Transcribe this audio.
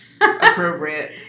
appropriate